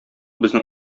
безнең